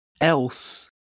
else